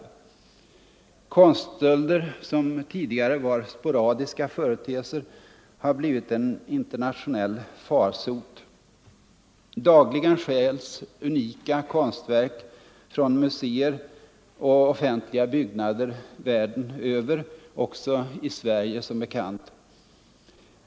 Konststölder som tidigare var sporadiska företeelser har blivit en internationell farsot. Dagligen stjäls unika konstverk från museer och offentliga byggnader världen över, också i Sverige som bekant.